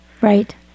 Right